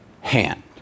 hand